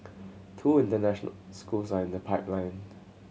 two international schools are in the pipeline